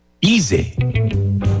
easy